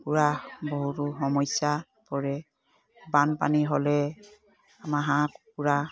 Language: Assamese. কুকুৰা বহুতো সমস্যা পৰে বানপানী হ'লে আমাৰ হাঁহ কুকুৰা